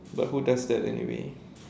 but who does that anyway